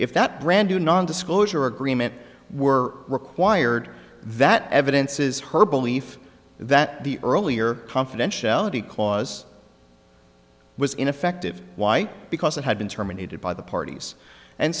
if that brand new non disclosure agreement were required that evidence is her belief that the earlier confidentiality clause was ineffective why because it had been terminated by the parties and